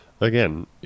again